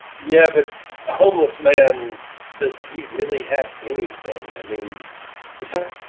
yeah, but homeless man does he really have anything. i mean we're talking